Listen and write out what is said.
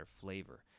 flavor